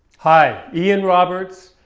hi. ian roberts,